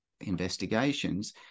investigations